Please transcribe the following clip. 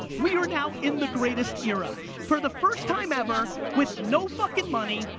we are now in the greatest era. for the first time ever, with no fucking money,